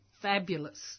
fabulous